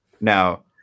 now